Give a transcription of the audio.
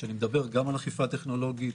אני מדבר גם על אכיפה טכנולוגית,